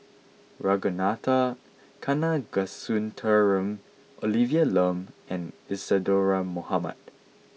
Ragunathar Kanagasuntheram Olivia Lum and Isadhora Mohamed